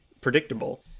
predictable